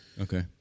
okay